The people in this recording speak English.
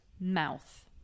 mouth